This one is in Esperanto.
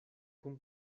kun